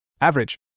Average